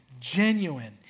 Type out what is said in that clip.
genuine